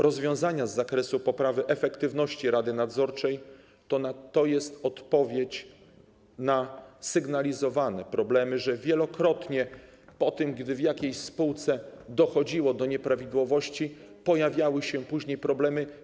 Rozwiązania z zakresu poprawy efektywności rady nadzorczej to jest odpowiedź na sygnalizowane problemy, że wielokrotnie po tym, gdy w jakiejś spółce dochodziło do nieprawidłowości, pojawiały się później problemy.